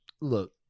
look